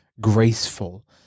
graceful